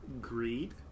Greed